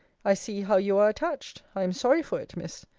i see how you are attached. i am sorry for it, miss.